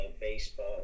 baseball